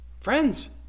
Friends